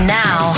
now